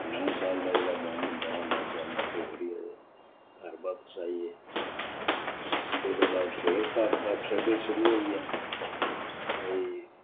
नौ साल दा जेह्ड़ा बांड हुंदा हा ओह् नौ साल नौकरी करियै ते घर बापस आई गे बस ओह्दे बाद फिर घर दा स्ट्रगल शुरू होई गेआ भाई